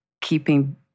keeping